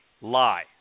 lie